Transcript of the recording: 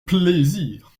plaisir